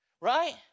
Right